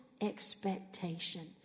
expectation